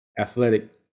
athletic